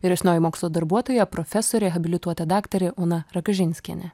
vyresnioji mokslo darbuotoja profesorė habilituota daktarė ona ragažinskienė